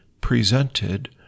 presented